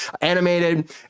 animated